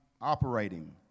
operating